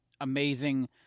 amazing